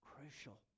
Crucial